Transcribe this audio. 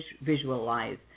visualize